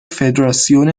فدراسیون